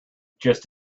just